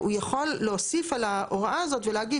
והוא יכול להוסיף על ההוראה הזאת ולהגיד